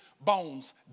bones